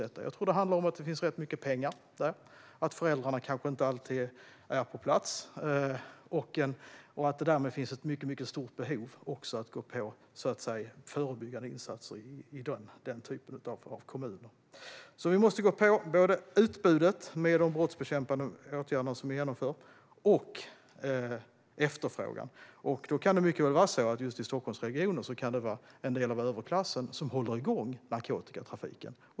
Jag tror att det handlar om att det finns rätt mycket pengar där och att föräldrarna kanske inte alltid är på plats. Det finns ett mycket stort behov av att gå in med förebyggande insatser i den typen av kommuner. Vi måste gå på utbudet med de brottsbekämpande åtgärder som vi genomför, och vi måste gå på efterfrågan. Det kan mycket väl vara så att det just i Stockholmsregionen är en del av överklassen som håller igång narkotikatrafiken.